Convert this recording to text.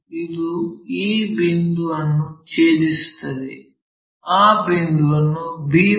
ಇದು ಈ ಬಿಂದುವನ್ನು ಛೇದಿಸುತ್ತದೆ ಆ ಬಿಂದುವನ್ನು b1 ಎಂದು ಕರೆಯುತ್ತೇವೆ